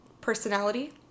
personality